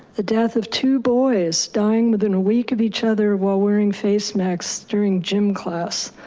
the death of two boys dying within a week of each other while wearing face masks during gym class.